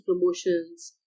promotions